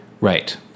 Right